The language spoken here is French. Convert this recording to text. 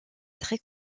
très